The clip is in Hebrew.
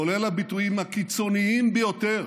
כולל הביטויים הקיצוניים ביותר,